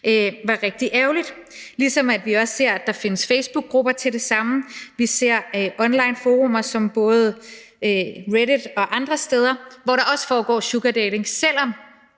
var rigtig ærgerligt, ligesom vi også ser, at der findes facebookgrupper til det samme. Vi ser onlineforummer som både Reddit og andre steder, hvor der også foregår sugardating, selv om